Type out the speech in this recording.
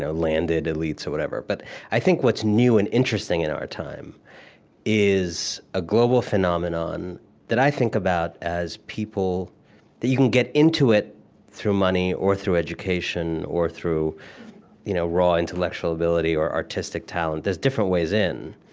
landed elites, or whatever. but i think what's new and interesting in our time is a global phenomenon that i think about as people that you can get into it through money, or through education, or through you know raw intellectual ability or artistic talent. there's different ways in.